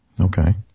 Okay